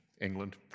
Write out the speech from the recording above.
England